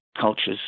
cultures